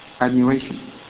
admiration